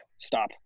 stop